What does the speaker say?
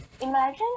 Imagine